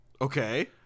Okay